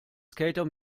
skater